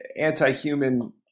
anti-human